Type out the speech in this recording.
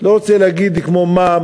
לא רוצה להגיד כמו מה,